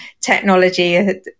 technology